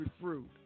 fruit